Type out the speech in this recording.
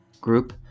group